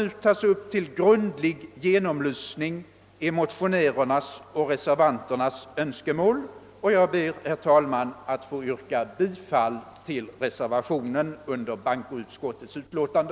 nu tas upp till grundlig genomlysning är motionärernas och reservanternas önskemål, och jag ber, herr talman, att få yrka bifall till reservationen vid bankoutskottets utlåtande.